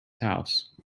house